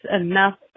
enough